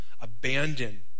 abandon